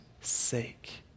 sake